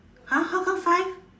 !huh! how come five